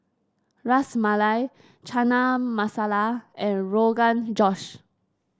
Ras Malai Chana Masala and Rogan Josh